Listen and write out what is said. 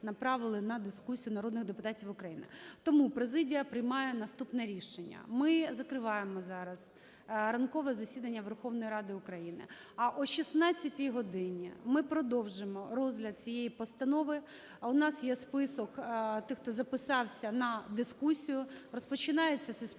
на дискусію народних депутатів України. Тому президія приймає наступне рішення. Ми закриваємо зараз ранкове засідання Верховної Ради України, а о 16 годині ми продовжимо розгляд цієї постанови. У нас є список тих, хто записався на дискусію. Розпочинається цей список,